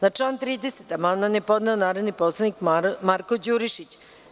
Na član 36. amandman je podneo narodni poslanik Marko Đurišić.